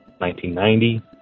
1990